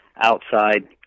outside